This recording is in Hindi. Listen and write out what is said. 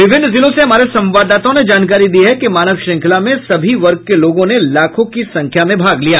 विभिन्न जिलों से हमारे संवाददाताओं ने जानकारी दी है कि मानव श्रृंखला में सभी वर्ग के लोगों ने लाखों की संख्या में भाग लिया